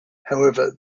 however